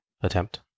attempt